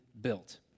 built